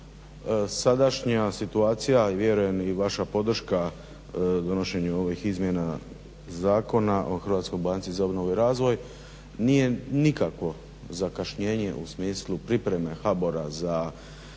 sadašnja situacija i vjerujem i vaš podrška donošenju ovih izmjena Zakona o hrvatskoj banci za obnovu i razvoj, nije nikakvo zakašnjenje u smislu pripreme HABOR-a za